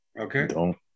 Okay